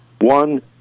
One